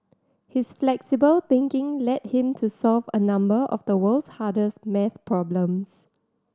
his flexible thinking led him to solve a number of the world's hardest maths problems